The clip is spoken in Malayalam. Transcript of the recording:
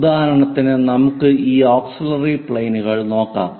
ഉദാഹരണത്തിന് നമുക്ക് ഈ ഓക്സിലിയറി പ്ലെയിനുകൾ നോക്കാം